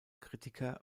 kritiker